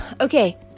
Okay